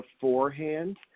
beforehand